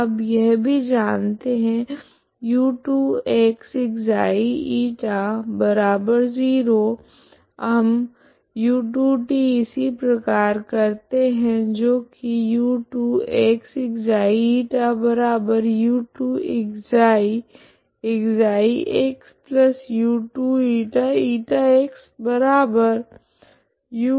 अब यह भी जानते है u2xξη0 हम u2t इसी प्रकार करते है जो की u2xξηu2ξ ξxu2ηηxu2ξu2η0